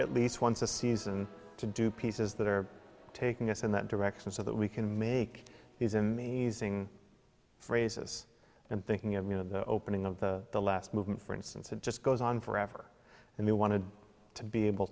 at least once a season to do pieces that are taking us in that direction so that we can make these amazing phrases and thinking of you know the opening of the last movement for instance it just goes on forever and we wanted to be able